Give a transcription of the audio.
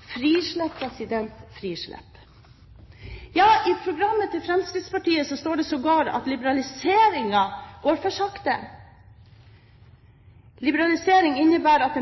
frislipp. Ja, i programmet til Fremskrittspartiet står det sågar at liberaliseringen går for sakte. Liberalisering innebærer at